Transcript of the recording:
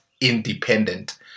independent